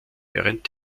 während